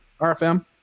rfm